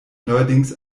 neuerdings